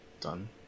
Done